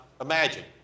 imagine